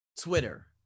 Twitter